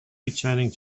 returning